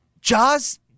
Jaws